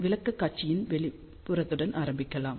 விளக்கக்காட்சியின் வெளிப்புறத்துடன் ஆரம்பிக்கலாம்